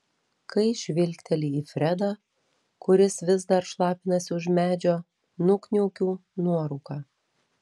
kai žvilgteli į fredą kuris vis dar šlapinasi už medžio nukniaukiu nuorūką